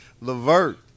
Levert